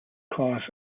class